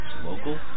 local